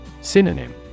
Synonym